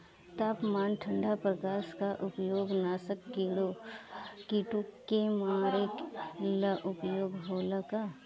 तापमान ठण्ड प्रकास का उपयोग नाशक कीटो के मारे ला उपयोग होला का?